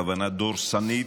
כוונה דורסנית,